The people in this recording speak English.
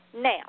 Now